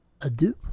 adieu